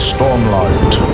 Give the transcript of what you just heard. Stormlight